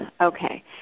Okay